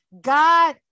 God